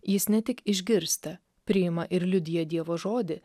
jis ne tik išgirsta priima ir liudija dievo žodį